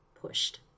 pushed